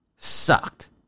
Sucked